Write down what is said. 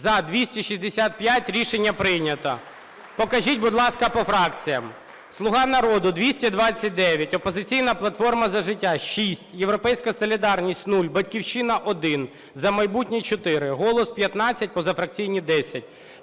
За-265 Рішення прийнято. Покажіть, будь ласка, по фракціям. "Слуга народу" – 229, "Опозиційна платформа – За життя" - 6, "Європейська солідарність" - 0,"Батьківщина" – 1, "За майбутнє" - 4, "Голос" - 15, позафракційні – 10.